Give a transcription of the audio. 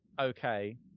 okay